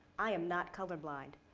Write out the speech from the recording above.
i am not color blind.